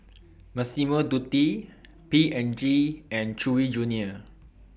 Massimo Dutti P and G and Chewy Junior